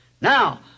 Now